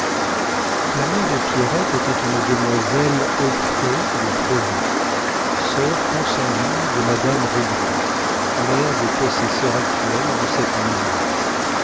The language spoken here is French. la mère de pierrette était une demoiselle auffray de provins sœur consanguine de madame rogron mère des possesseurs actuels de cette maison